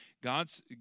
God's